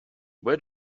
where